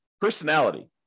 personality